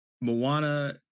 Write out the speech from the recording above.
Moana